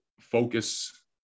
focus